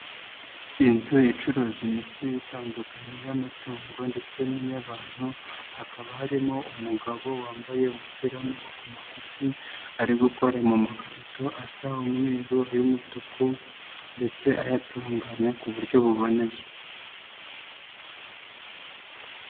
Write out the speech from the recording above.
Inzu icuruza imiti itandukanye y'amatungo ndetse n'iy'abantu, hakaba harimo umugabo wambaye umupira w'amaboko magufi ari gukora mu makarito asa umweru, ay'umutuku ndetse ayatunganya ku buryo buboneye.